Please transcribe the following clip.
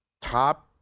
top